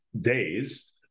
days